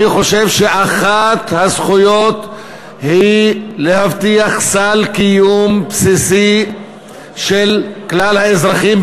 אני חושב שאחת הזכויות היא להבטיח סל קיום בסיסי לכלל האזרחים,